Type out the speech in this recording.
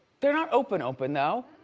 they're not open open though.